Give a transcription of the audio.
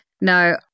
No